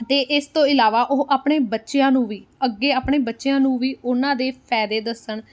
ਅਤੇ ਇਸ ਤੋਂ ਇਲਾਵਾ ਉਹ ਆਪਣੇ ਬੱਚਿਆਂ ਨੂੰ ਵੀ ਅੱਗੇ ਆਪਣੇ ਬੱਚਿਆਂ ਨੂੰ ਵੀ ਉਹਨਾਂ ਦੇ ਫਾਇਦੇ ਦੱਸਣ